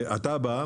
שאתה בא,